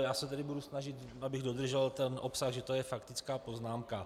Já se tedy budu snažit, abych dodržel ten obsah, že to je faktická poznámka.